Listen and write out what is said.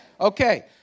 okay